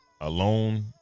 alone